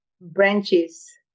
branches